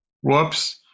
Whoops